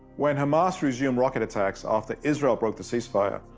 when hamas resumed rocket attacks after israel broke the ceasefire,